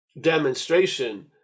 demonstration